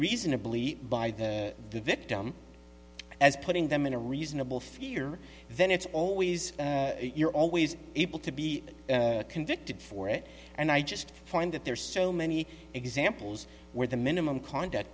reasonably by the victim as putting them in a reasonable fear then it's always you're always able to be convicted for it and i just find that there are so many examples where the minimum conduct